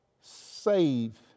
save